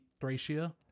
Thracia